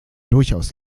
durchaus